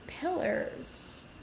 pillars